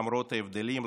למרות ההבדלים,